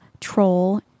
troll